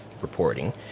reporting